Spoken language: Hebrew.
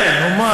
כן, נו, מה?